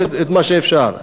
את מה שאפשר,